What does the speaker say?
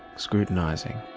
scrutinising,